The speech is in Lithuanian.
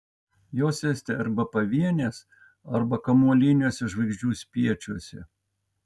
jos esti arba pavienės arba kamuoliniuose žvaigždžių spiečiuose